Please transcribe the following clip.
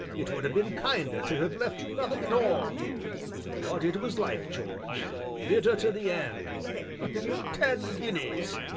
it would have been kinder to have left you nothing at all but it was like george bitter to the end ten guineas!